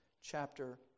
chapter